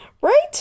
Right